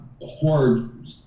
horde